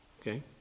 okay